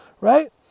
right